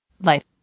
life